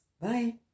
Bye